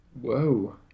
Whoa